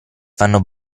fanno